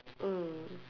mm